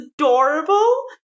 adorable